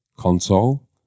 Console